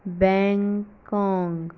Bangkok